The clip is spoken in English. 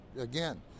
again